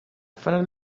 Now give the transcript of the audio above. found